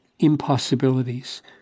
impossibilities